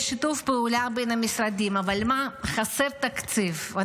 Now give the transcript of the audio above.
יש שיתוף פעולה בין המשרדים, אבל חסר תקציב.